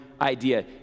idea